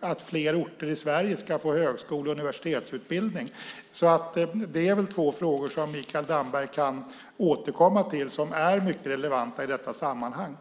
att fler orter i Sverige ska få högskolor och universitetsutbildning. Det är väl två frågor som Mikael Damberg kan återkomma till. De är mycket relevanta i detta sammanhang.